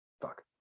Fuck